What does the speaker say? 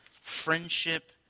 friendship